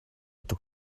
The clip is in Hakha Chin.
tuk